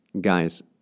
Guys